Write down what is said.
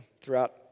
throughout